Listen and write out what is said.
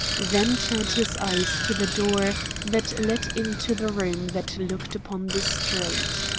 then turned his eyes to the door that led into the room that looked upon the street.